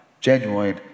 genuine